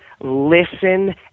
Listen